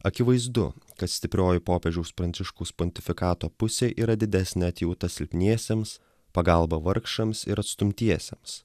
akivaizdu kad stiprioji popiežiaus pranciškaus pontifikato pusė yra didesnė atjauta silpniesiems pagalba vargšams ir atstumtiesiems